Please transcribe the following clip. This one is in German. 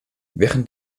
während